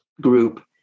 group